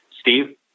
Steve